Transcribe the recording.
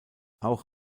auch